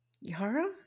Yara